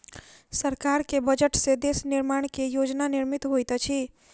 सरकार के बजट से देश निर्माण के योजना निर्मित होइत अछि